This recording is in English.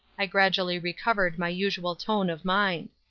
i gradually recovered my usual tone of mind.